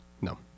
No